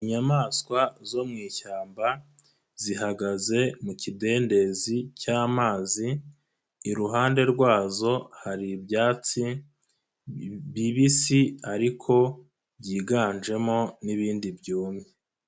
Inyamaswa zo mu ishyamba, zihagaze mu kidendezi cy'amazi, iruhande rwazo hari ibyatsi bibisi ariko byiganjemo n'ibindi byumye.